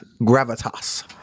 Gravitas